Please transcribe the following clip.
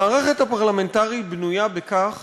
המערכת הפרלמנטרית בנויה בכך